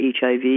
HIV